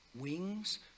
wings